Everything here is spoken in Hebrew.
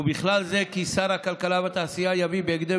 ובכלל זה כי שר הכלכלה והתעשייה יביא בהקדם